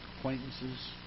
acquaintances